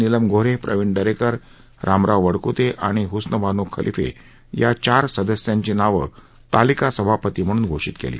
निलम गोऱ्हे प्रवीण दरेकर रामराव वडकुते आणि हुस्नबानो खलिफे या चार सदस्यांची नावं तालिका सभापती म्हणून घोषित केली